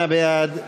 48 בעד,